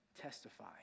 testify